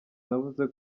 navuze